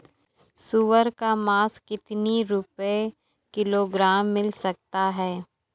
सुअर का मांस कितनी रुपय किलोग्राम मिल सकता है?